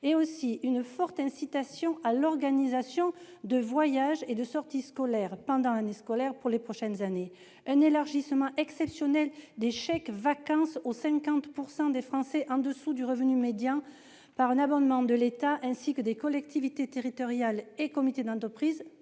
faut aussi une forte incitation à l'organisation de voyages et de sorties scolaires pendant les prochaines années, et un élargissement exceptionnel des chèques-vacances aux 50 % des Français au-dessous du revenu médian, par un abondement de l'État, ainsi que des collectivités territoriales et des comités d'entreprise